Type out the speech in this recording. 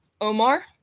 Omar